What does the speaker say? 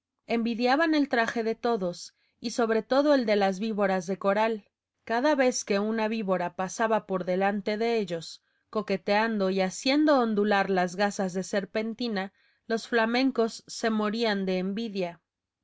envidiaban el traje de todos y sobre todo el de las víboras de coral cada vez que una víbora pasaba por delante de ellos coqueteando y haciendo ondular las gasas de serpentinas los flamencos se morían de envidia